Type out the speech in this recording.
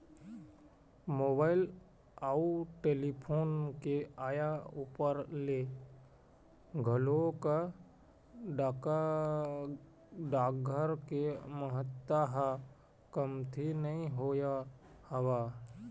mobile अउ telephone के आय ऊपर ले घलोक डाकघर के महत्ता ह कमती नइ होय हवय